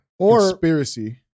conspiracy